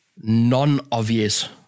non-obvious